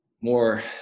more